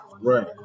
Right